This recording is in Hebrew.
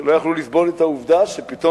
שלא יכלו לסבול את העובדה שפתאום,